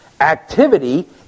activity